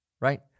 Right